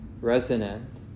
resonant